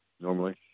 normally